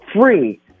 free